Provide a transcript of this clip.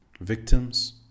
Victims